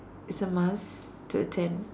is a must to attend